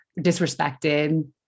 disrespected